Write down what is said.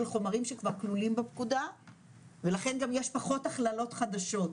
חומרים שכבר כלולים בפקודה ולכן גם יש פחות הכללות חדשות,